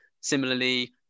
similarly